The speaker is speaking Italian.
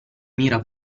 mira